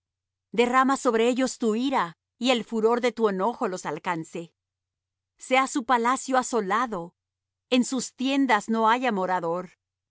derrama sobre ellos tu ira y el furor de tu enojo los alcance sea su palacio asolado en sus tiendas no haya morador